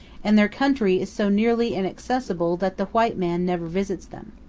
and their country is so nearly inaccessible that the white man never visits them.